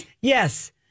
Yes